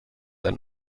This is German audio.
ein